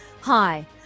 Hi